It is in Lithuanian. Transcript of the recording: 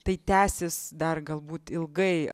tai tęsis dar galbūt ilgai